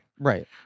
Right